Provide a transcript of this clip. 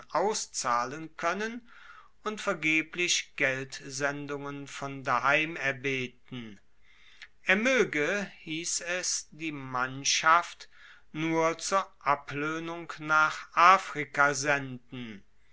auszahlen koennen und vergeblich geldsendungen von daheim erbeten er moege hiess es die mannschaft nur zur abloehnung nach afrika senden